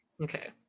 okay